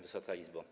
Wysoka Izbo!